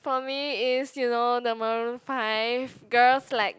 for me is you know the Maroon-Five girls like